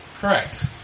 Correct